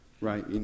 right